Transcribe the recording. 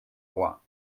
droit